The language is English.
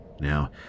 Now